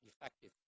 effective